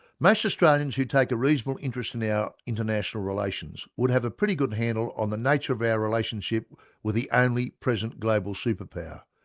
most australians who take a reasonable interest in our international relations would have a pretty good handle on the nature of our relationship with the only present global superpower,